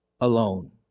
alone